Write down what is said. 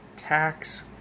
Tax